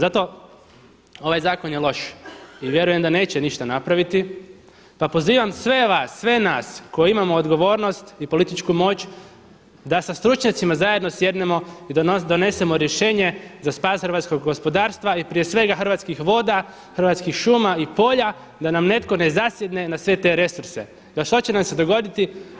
Zato ovaj zakon je loš i vjerujem da neće ništa napraviti, pa pozivam sve vas, sve nas koji imamo odgovornost i političku moć da sa stručnjacima zajedno sjednemo i donesemo rješenje za spas hrvatskog gospodarstva i prije svega Hrvatskih voda, Hrvatskih šuma i polja da nam netko ne zasjedne na sve te resurse da što će nam se dogoditi.